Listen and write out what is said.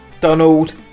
Donald